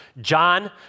John